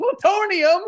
plutonium